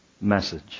message